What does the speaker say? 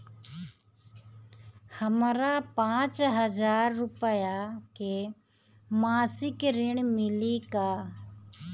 हमका पांच हज़ार रूपया के मासिक ऋण मिली का?